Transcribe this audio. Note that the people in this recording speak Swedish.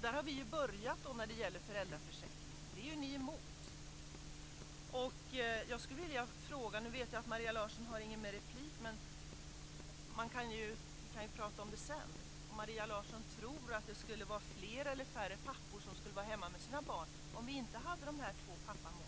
Där har vi ju börjat när det gäller föräldraförsäkringen. Det är ni emot. Jag skulle vilja fråga en sak. Jag vet Maria Larsson inte har någon mer replik men vi kan ju prata om det sedan. Det gäller om Maria Larsson tror att det skulle vara fler eller färre pappor som skulle vara hemma med sina barn om vi inte hade de här två pappamånaderna.